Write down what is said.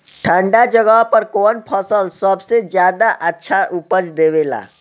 ठंढा जगह पर कौन सा फसल सबसे ज्यादा अच्छा उपज देवेला?